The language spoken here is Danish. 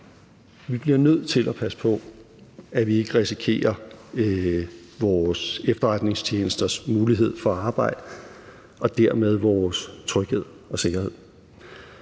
vi bliver nødt til at passe på, at vi ikke risikerer vores efterretningstjenesters mulighed for at arbejde og dermed vores tryghed og sikkerhed.